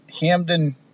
Hamden